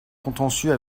contentieux